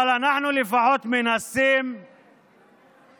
אבל אנחנו לפחות מנסים להתחבר